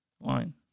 line